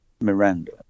Miranda